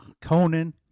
Conan